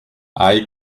hay